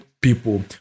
people